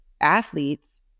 athletes